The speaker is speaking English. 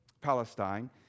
Palestine